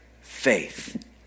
faith